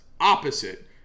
opposite